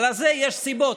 לזה יש סיבות.